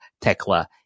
Tekla